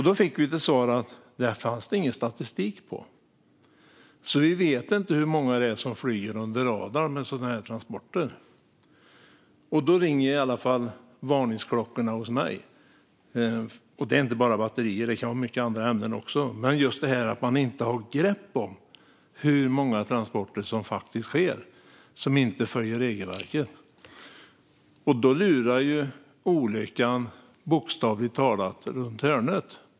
Då fick vi till svar att det inte fanns någon statistik på det. Vi vet alltså inte hur många det är som flyger under radarn med sådana här transporter. Då ringer varningsklockorna i alla fall hos mig. Det handlar inte bara om batterier, utan det kan vara många andra ämnen också. När man inte har grepp om hur många transporter som sker utan att regelverket följs lurar olyckan bokstavligt talat runt hörnet.